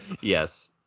Yes